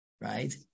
right